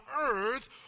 earth